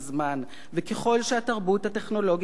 וככל שהתרבות הטכנולוגית מתקדמת,